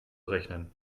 rechnen